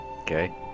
Okay